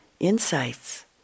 insights